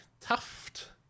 tuft